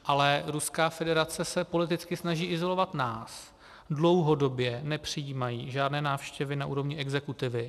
Ale Ruská federace se politicky snaží izolovat nás, dlouhodobě nepřijímají žádné návštěvy na úrovni exekutivy.